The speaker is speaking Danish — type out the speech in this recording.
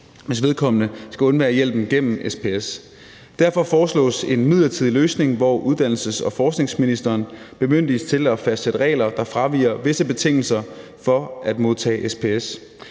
hvis vedkommende skal undvære hjælpen gennem SPS. Derfor foreslås en midlertidig løsning, hvor uddannelses- og forskningsministeren bemyndiges til at fastsætte regler, så visse betingelser for at modtage SPS